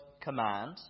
command